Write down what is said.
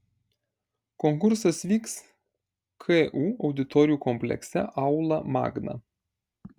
konkursas vyks ku auditorijų komplekse aula magna